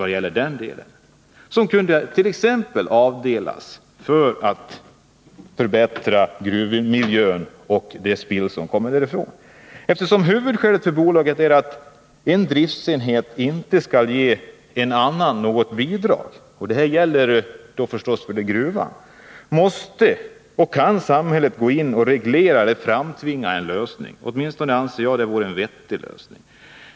De pengarna kunde t.ex. användas för att förbättra gruvmiljön och ta hand om det spill som kommer därifrån. Huvudskälet för bolaget till att inte göra sådana miljöförbättringar är att en driftsenhet inte skall ge en annan något bidrag — det här gäller då förstås gruvan. Därför kan och måste samhället gå in och reglera det. Det vore vettigt att samhället på så sätt framtvingade en lösning av problemen — det anser åtminstone jag.